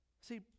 See